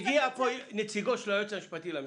הגיע נציגו של היועץ המשפטי לממשלה,